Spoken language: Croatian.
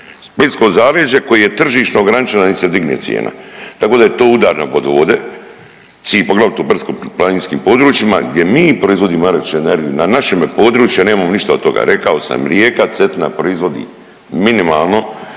splitsko zaleđe koje je tržišno ograničena nek se digne cijena. Tako da je to udar na vodovode svim, poglavito brdsko-planinskim područjima gdje mi proizvodimo električnu energiju na našemu području, a nemamo ništa od toga. Rekao sam, rijeka Cetina proizvodi minimalno